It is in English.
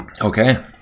Okay